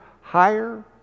higher